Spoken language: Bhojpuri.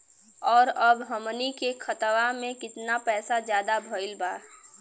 और अब हमनी के खतावा में कितना पैसा ज्यादा भईल बा?